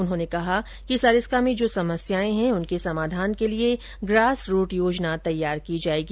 उन्होंने कहा कि सरिस्का में जो समस्याए हैं उनके समाधान के लिए ग्रास रूट योजना तैयार की जाएगी